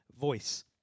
Voice